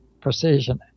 Precision